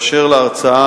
באשר להרצאה